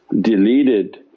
deleted